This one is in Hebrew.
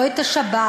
לא את השב"כ,